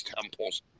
temples